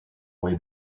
way